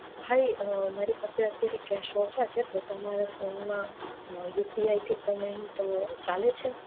ભાઈ મારી પાસે અત્યારે કેશ ઓછા છે તો તમારા ફોનમાં યુપીઆઈથી પેમેન્ટ ચાલે છે